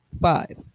Five